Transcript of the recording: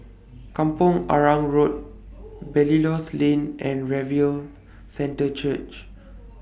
Kampong Arang Road Belilios Lane and Revival Centre Church